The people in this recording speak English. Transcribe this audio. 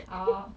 orh